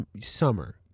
summer